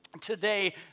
Today